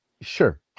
Sure